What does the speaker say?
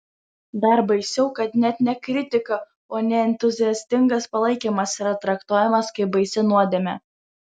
dar baisiau kad net ne kritika o neentuziastingas palaikymas yra traktuojamas kaip baisi nuodėmė